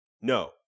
no